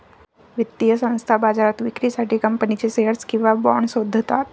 वित्तीय संस्था बाजारात विक्रीसाठी कंपनीचे शेअर्स किंवा बाँड शोधतात